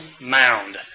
mound